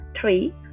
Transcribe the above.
three